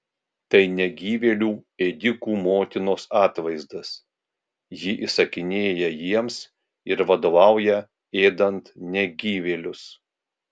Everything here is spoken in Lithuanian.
tai negyvėlių ėdikų motinos atvaizdas ji įsakinėja jiems ir vadovauja ėdant negyvėlius